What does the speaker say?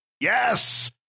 yes